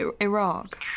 Iraq